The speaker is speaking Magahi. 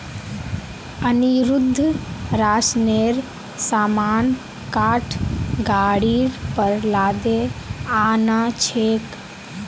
अनिरुद्ध राशनेर सामान काठ गाड़ीर पर लादे आ न छेक